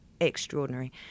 extraordinary